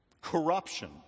corruption